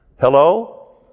Hello